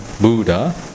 Buddha